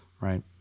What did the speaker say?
Right